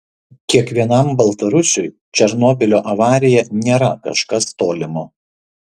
kiekvienam baltarusiui černobylio avarija nėra kažkas tolimo